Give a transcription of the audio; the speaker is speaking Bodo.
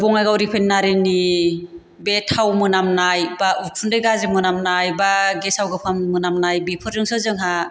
बङाइगाव रिपाइनारिनि बे थाव मोनामनाय बा उखुन्दै गाज्रि मोनामनाय बा गेसाव गोफोन मोनामनाय बेफोरजोंसो जोंहा